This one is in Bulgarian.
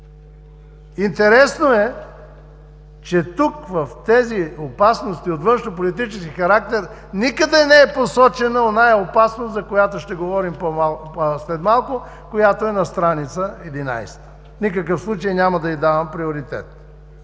Интересно е, че тук в тези опасности от външнополитически характер, никъде не е посочена онази опасност, за която ще говорим след малко, която е на стр. 11. В никакъв случай няма да й давам приоритет.